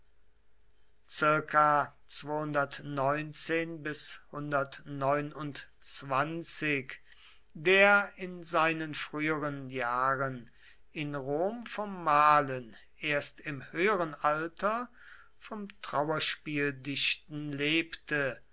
der in seinen früheren jahren im rom vom malen erst im höheren alter vom trauerspieldichten lebte